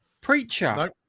preacher